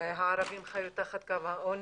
הערבים חיו תחת קו העוני.